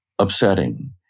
upsetting